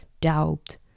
doubt